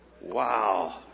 Wow